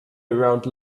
around